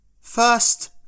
First